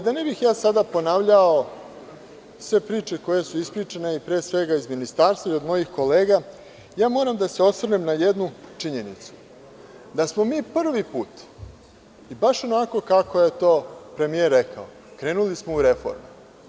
Da ne bih ja sada ponavljao sve priče koje su ispričane, pre svega iz Ministarstva i od mojih kolega, ja moram da se osvrnem na jednu činjenicu, da smo mi, prvi put, i baš onako kako je to premijer rekao, krenuli smo u reforme.